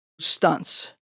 stunts